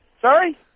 Sorry